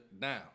now